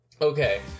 Okay